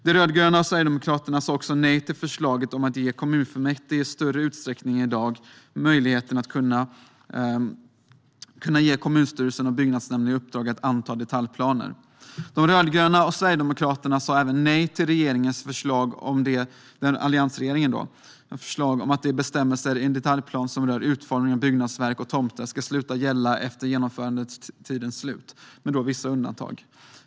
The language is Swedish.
De rödgröna och Sverigedemokraterna sa också nej till förslaget om att kommunfullmäktige i större utsträckning än i dag ska ha möjlighet att ge kommunstyrelsen och byggnadsnämnden i uppdrag att anta detaljplaner. De rödgröna och Sverigedemokraterna sa även nej till alliansregeringens förslag om att de bestämmelser i en detaljplan som rör utformning av byggnadsverk och tomter ska sluta gälla efter genomförandetidens slut, med vissa undantag.